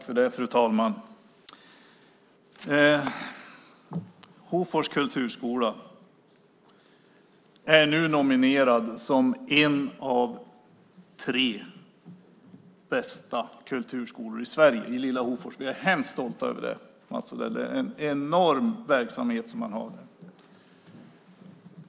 Fru talman! Hofors kulturskola är nu nominerad som en av tre bästa kulturskolor i Sverige. I lilla Hofors! Vi är hemskt stolta över det, Mats Odell. Det är en enorm verksamhet.